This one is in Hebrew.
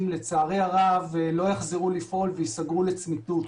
לצערי הרב לא יחזרו לפעול וייסגרו לצמיתות.